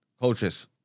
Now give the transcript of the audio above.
coaches